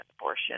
abortion